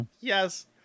Yes